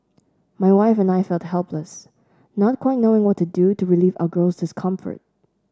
my wife and I felt helpless not quite knowing what to do to relieve our girl's discomfort